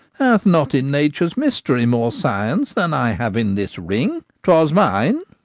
hath not in nature's mystery more science than i have in this ring. twas mine,